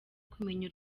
kumenya